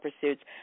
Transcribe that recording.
pursuits